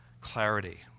clarity